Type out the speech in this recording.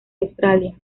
australia